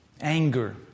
Anger